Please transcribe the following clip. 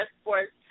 Sports